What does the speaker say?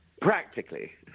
Practically